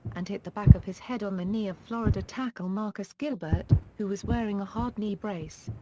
and hit the back of his head on the knee of florida tackle marcus gilbert, who was wearing a hard knee brace.